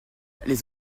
les